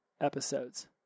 episodes